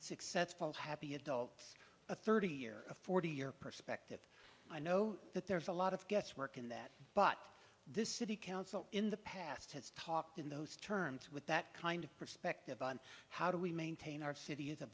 successful happy adults a thirty year forty year perspective i know that there's a lot of guesswork in that but this city council in the past has talked in those terms with that kind of perspective on how do we maintain our city as a